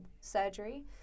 surgery